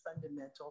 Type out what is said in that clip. fundamental